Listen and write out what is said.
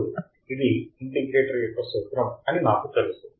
ఇప్పుడు ఇది ఇంటిగ్రేటర్ యొక్క సూత్రం అని నాకు తెలుసు